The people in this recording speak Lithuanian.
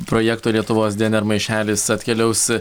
projekto lietuvos dnr maišelis atkeliaus